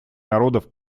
народов